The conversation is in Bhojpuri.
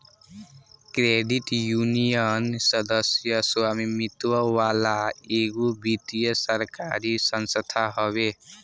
क्रेडिट यूनियन, सदस्य स्वामित्व वाला एगो वित्तीय सरकारी संस्था हवे